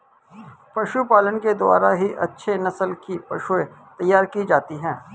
पशुपालन के द्वारा ही अच्छे नस्ल की पशुएं तैयार की जाती है